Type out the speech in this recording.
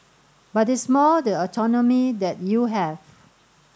but it's more the autonomy that you have